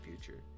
future